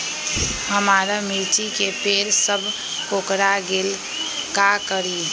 हमारा मिर्ची के पेड़ सब कोकरा गेल का करी?